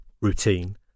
Routine